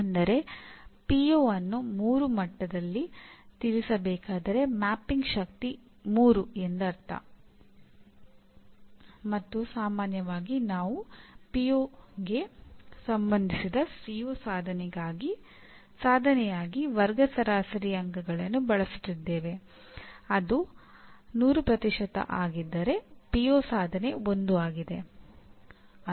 ಅದು ಸಾಮಾನ್ಯೀಕರಣ ಪ್ರಕ್ರಿಯೆ